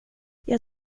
jag